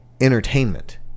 entertainment